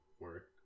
work